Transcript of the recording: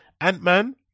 ant-man